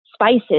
spices